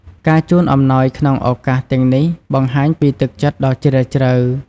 ការជូនអំណោយក្នុងឱកាសទាំងនេះបង្ហាញពីទឹកចិត្តដ៏ជ្រាលជ្រៅ។